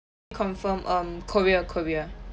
confirm um korea korea